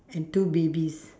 and two babies